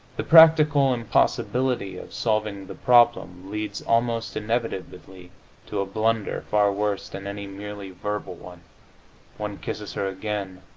the practical impossibility of solving the problem leads almost inevitably to a blunder far worse than any merely verbal one one kisses her again,